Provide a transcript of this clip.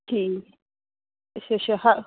ਠੀਕ ਅੱਛਾ ਅੱਛਾ ਹਾਂ